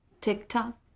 TikTok